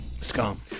Scum